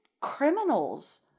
criminals